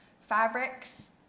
fabrics